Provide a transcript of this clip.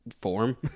form